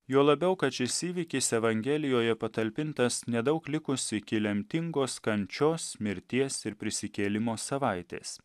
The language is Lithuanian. juo labiau kad šis įvykis evangelijoje patalpintas nedaug likus iki lemtingos kančios mirties ir prisikėlimo savaitės